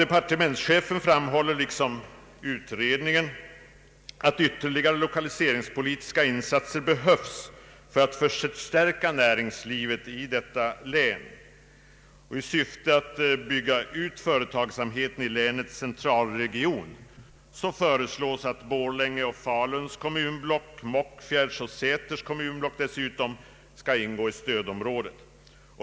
Departementschefen framhåller, liksom utredningen, att ytterligare lokaliseringspo litiska insatser behövs för att förstärka näringslivet i länet. I syfte att bygga ut företagsamheten i länets centralregion föreslås att Borlänge—Faluns, Mockfjärds och Säters kommunblock skall ingå i stödområdet.